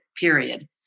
period